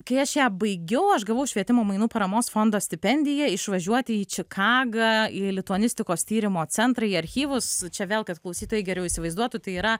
kai aš ją baigiau aš gavau švietimo mainų paramos fondo stipendiją išvažiuoti į čikagą į lituanistikos tyrimo centrą į archyvus čia vėl kad klausytojai geriau įsivaizduotų tai yra